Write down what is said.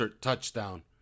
touchdown